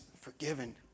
forgiven